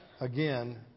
again